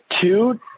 two